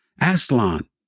Aslan